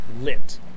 lit